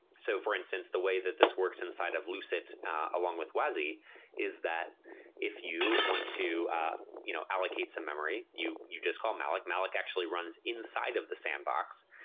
so, for instance, the way that this works inside of lucet along with wasi is that if you want to you know allocate some memory, you you just call malloc. malloc actually runs inside of the sandbox,